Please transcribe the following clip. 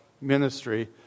ministry